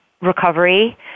recovery